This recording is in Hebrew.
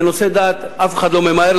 בנושא דת אף אחד לא ממהר.